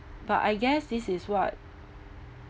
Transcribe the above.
but I guess this is what